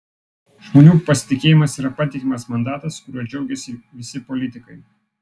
žmonių pasitikėjimas yra patikimas mandatas kuriuo džiaugiasi visi politikai